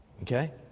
Okay